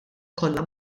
kollha